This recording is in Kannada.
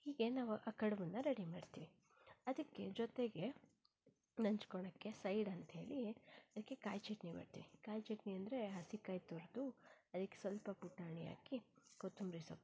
ಹೀಗೆ ನಾವು ಆ ಕಡಬನ್ನು ರೆಡಿ ಮಾಡ್ತೀವಿ ಅದಕ್ಕೆ ಜೊತೆಗೆ ನಂಚ್ಕೊಳ್ಳೋಕೆ ಸೈಡ್ ಅಂತ್ಹೇಳಿ ಅದಕ್ಕೆ ಕಾಯಿ ಚಟ್ನಿ ಮಾಡ್ತೀವಿ ಕಾಯಿ ಚಟ್ನಿ ಅಂದರೆ ಹಸಿ ಕಾಯಿ ತುರಿದು ಅದಕ್ಕೆ ಸ್ವಲ್ಪ ಬಟಾಣಿ ಹಾಕಿ ಕೊತ್ತೊಂಬರೀ ಸೊಪ್ಪು